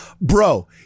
Bro